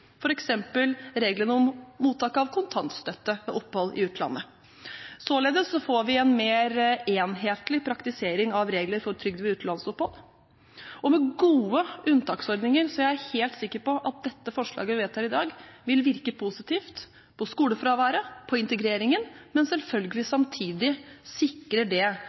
f.eks. reglene om mottak av kontantstøtte ved opphold i utlandet. Således får vi en mer enhetlig praktisering av regler for trygd ved utenlandsopphold, og med gode unntaksordninger er jeg helt sikker på at dette forslaget vi vedtar i dag, vil virke positivt på skolefraværet og på integreringen, men selvfølgelig samtidig